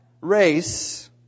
race